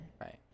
Right